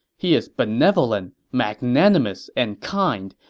he is benevolent, magnanimous, and kind,